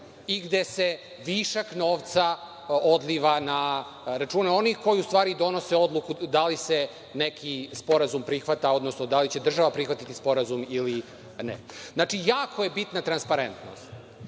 i gde se višak novca odliva na račune onih koji u stvari donose odluku da li se neki sporazum prihvata odnosno da li država prihvatiti sporazum ili ne. Znači, jako je bitna transparentnost.